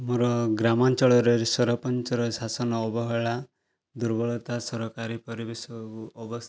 ମୋର ଗ୍ରାମାଞ୍ଚଳରେ ସରପଞ୍ଚର ଶାସନ ଅବହେଳା ଦୁର୍ବଳତା ସରକାରୀ ପରିବେଶ ଓ ଅବସ୍ଥା